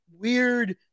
weird